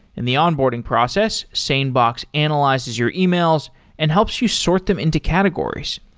in the onboarding process, sanebox analyzes your emails and helps you sort them into categories.